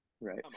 Right